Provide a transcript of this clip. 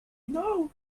know